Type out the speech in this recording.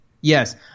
yes